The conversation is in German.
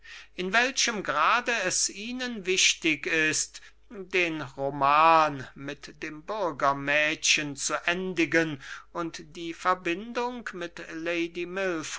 haben in welchem grade es ihnen wichtig ist den roman mit dem bürgermädchen zu endigen und die verbindung mit lady